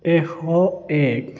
এশ এক